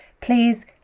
please